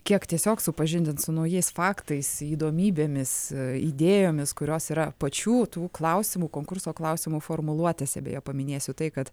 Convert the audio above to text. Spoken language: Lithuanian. kiek tiesiog supažindint su naujais faktais įdomybėmis idėjomis kurios yra pačių tų klausimų konkurso klausimų formuluotėse beje paminėsiu tai kad